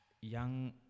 young